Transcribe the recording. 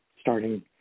starting